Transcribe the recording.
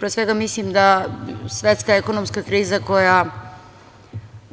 Pre svega mislim da svetska ekonomska kriza koja